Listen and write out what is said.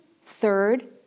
third